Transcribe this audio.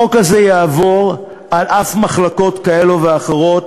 החוק הזה יעבור על אף מחלוקות כאלה ואחרות,